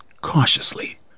cautiously